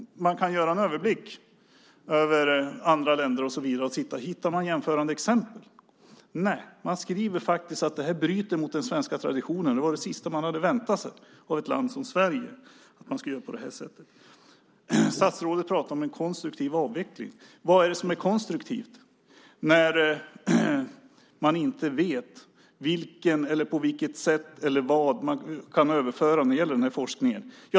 Man kan göra en överblick över andra länder för att se om man hittar motsvarande exempel. Nej, man skriver faktiskt att man bryter mot den svenska traditionen, det var det sista man hade väntat sig av ett land som Sverige. Statsrådet pratar om en konstruktiv avveckling. Vad är det som är konstruktivt när vi inte vet på vilket sätt eller vad man kan överföra när det gäller den här forskningen?